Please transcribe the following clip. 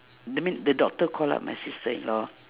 that mean the doctor call-up my sister-in-law